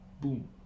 boom